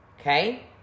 Okay